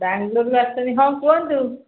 ବାଙ୍ଗଲୋରରୁ ଆସିଛନ୍ତି ହଁ କୁହନ୍ତୁ